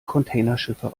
containerschiffe